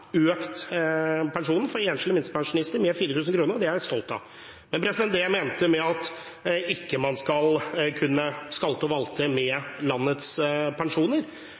økt pensjonen for enslige minstepensjonister med 4 000 kr, og det er jeg stolt av. Men det jeg mente med at man ikke skal kunne skalte og valte med landets pensjoner,